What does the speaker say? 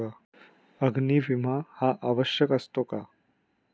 अग्नी विमा हा आवश्यक असतो का?